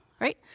right